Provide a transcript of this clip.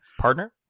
Partner